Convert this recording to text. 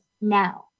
now